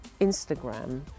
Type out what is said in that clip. Instagram